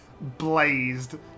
blazed